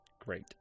Great